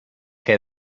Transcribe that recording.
que